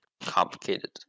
complicated